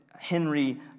Henry